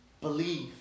Believe